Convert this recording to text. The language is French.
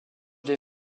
des